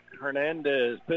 Hernandez